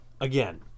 again